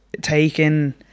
taken